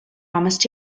promised